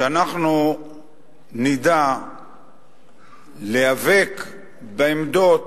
שאנחנו נדע להיאבק בעמדות